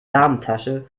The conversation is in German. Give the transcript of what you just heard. damentasche